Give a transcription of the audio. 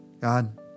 God